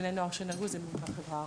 בני נוער שנהרגו זה מהחברה הערבית.